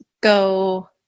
go